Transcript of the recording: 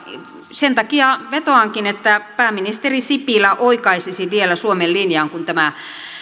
sen takia vetoankin että pääministeri sipilä oikaisisi vielä suomen linjan kun tämä